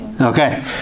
Okay